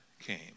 came